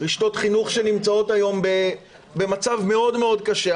רשתות חינוך שנמצאות היום במצב מאוד מאוד קשה,